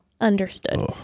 Understood